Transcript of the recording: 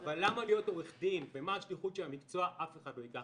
אבל למה להיות עורך דין ומהי השליחות של המקצוע אף אחד לא ייקח ממני.